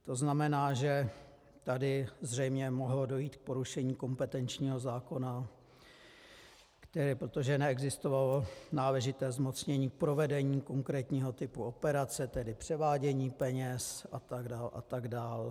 To znamená, že tady zřejmě mohlo dojít k porušení kompetenčního zákona, protože neexistovalo náležité zmocnění k provedení konkrétního typu operace, tedy převádění peněz a tak dál a tak dál.